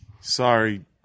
Sorry